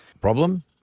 Problem